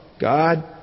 God